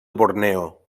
borneo